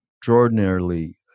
extraordinarily